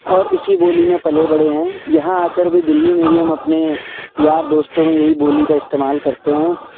اور اسی بولی میں پلے بڑے ہیں یہاں آ کر بھی دلی میں بھی ہم اپنے یار دوستوں میں یہی بولی کا استعمال کرتے ہیں